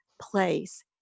place